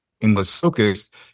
English-focused